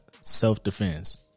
self-defense